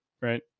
right